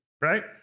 right